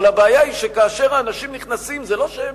אבל הבעיה היא שכאשר אנשים נכנסים, זה לא שהם